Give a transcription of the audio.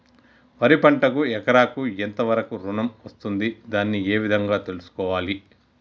వరి పంటకు ఎకరాకు ఎంత వరకు ఋణం వస్తుంది దాన్ని ఏ విధంగా తెలుసుకోవాలి?